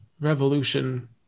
revolution